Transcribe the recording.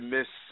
Miss